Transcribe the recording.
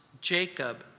Jacob